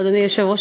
אדוני היושב-ראש,